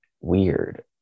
weird